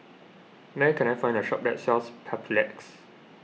where can I find a shop that sells Papulex